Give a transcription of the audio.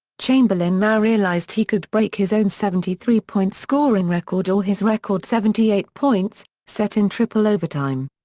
chamberlain now realized he could break his own seventy three point scoring record or his record seventy eight points, set in triple overtime.